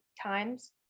times